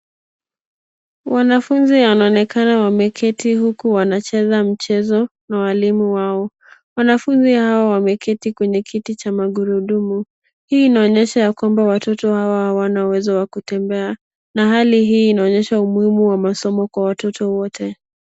Wanafunzi wanaonekana wameketi huku wanacheza mchezo na walimu wao. Wanafunzi hao wameketi kwenye kiti cha magurudumu, hii inaonyesha ya kwamba watoto hawa hawana uwezo wa kutembea nahali hii inaonyesha umuhimu wa masomo kwa watoto wote.